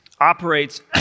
operates